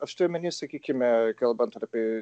aš turiu omeny sakykime kalbant apie